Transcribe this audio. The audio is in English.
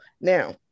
now